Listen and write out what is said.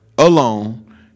Alone